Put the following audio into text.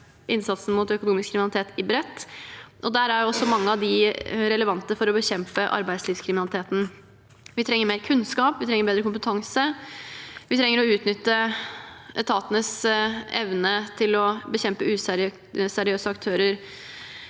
innsatsen mot økonomisk kriminalitet i bredt. Der er også mange av dem relevante for å bekjempe arbeidslivskriminaliteten. Vi trenger mer kunnskap, vi trenger bedre kompetanse, og vi trenger å utnytte etatenes samlede evne til å bekjempe useriøse aktører